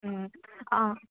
অঁ